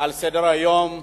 על סדר-היום היום,